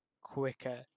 quicker